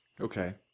Okay